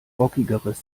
rockigeres